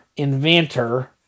inventor